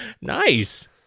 Nice